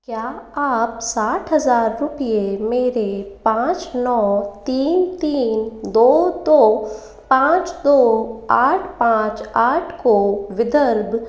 क्या आप साठ हज़ार रुपये मेरे पाँच नौ तीन तीन दो दो पाँच दो आठ पाँच आठ को विदर्भ